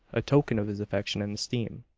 a token of his affection and esteem,